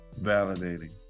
Validating